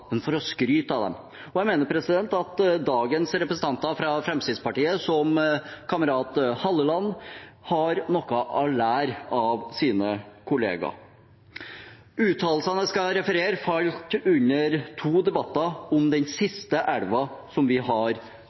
men for å skryte av dem. Jeg mener at dagens representanter fra Fremskrittspartiet, som kamerat Halleland, har noe å lære av sine kollegaer. Uttalelsene jeg skal referere, falt under to debatter om den siste elva vi har